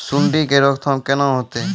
सुंडी के रोकथाम केना होतै?